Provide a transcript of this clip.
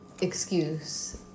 excuse